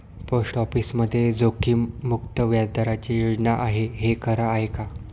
Post ऑफिसमध्ये जोखीममुक्त व्याजदराची योजना आहे, हे खरं आहे का?